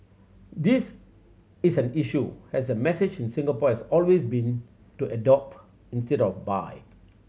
this is an issue as the message in Singapore has always been to adopt instead of buy